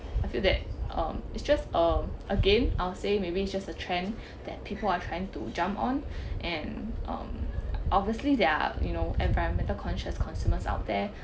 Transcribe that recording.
I feel that um it's just uh again I would say maybe it's just a trend that people are trying to jump on and um obviously there are you know environmental conscious consumers out there